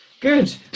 good